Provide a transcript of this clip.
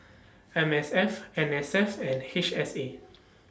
M S F N S F and H S A